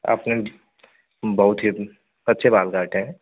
आपने बहुत ही अच्छे बाल काटे हैं